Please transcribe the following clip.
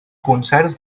concerts